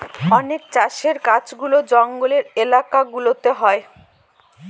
অনেক চাষের কাজগুলা জঙ্গলের এলাকা গুলাতে হয়